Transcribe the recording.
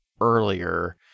earlier